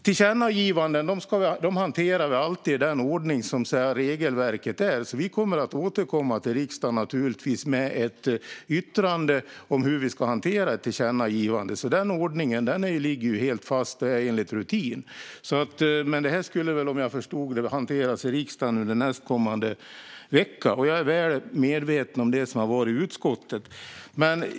Tillkännagivanden hanterar vi alltid i den ordning som regelverket föreskriver, så vi kommer naturligtvis att återkomma till riksdagen med ett yttrande om hur vi ska hantera ett sådant. Den ordningen ligger helt fast och är enligt rutin. Men detta skulle, som jag förstod det, hanteras i riksdagen under nästkommande vecka. Jag är väl medveten om det som har varit i utskottet.